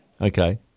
Okay